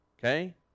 okay